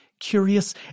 curious